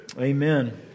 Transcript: Amen